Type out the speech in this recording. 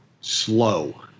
slow